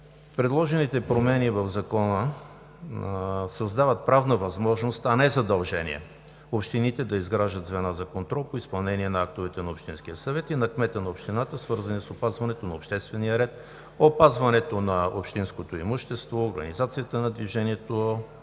Предложените промени в Закона създават правна възможност, а не задължение общините да изграждат звена за контрол по изпълнение на актовете на общинския съвет и на кмета на общината, свързани с опазването на обществения ред, опазването на общинското имущество, организацията на движението